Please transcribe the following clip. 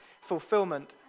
fulfillment